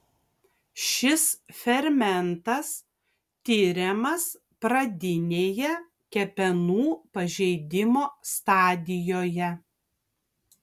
šis fermentas tiriamas pradinėje kepenų pažeidimo stadijoje